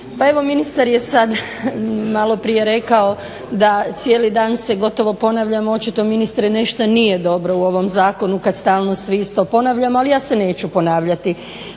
Pa evo ministar je sad maloprije rekao da cijeli dan se gotovo ponavljamo, očito ministre nešto nije dobro u ovom zakonu kad stalno svi isto ponavljamo, ali ja se neću ponavljati.